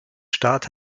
staat